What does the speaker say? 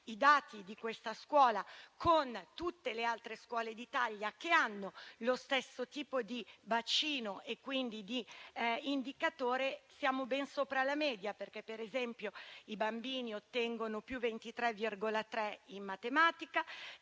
i dati di questa scuola con tutte le altre scuole d'Italia che hanno lo stesso tipo di bacino e quindi di indicatore, siamo ben sopra la media perché, per esempio, i bambini ottengono più 23,3 in matematica,